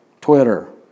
Twitter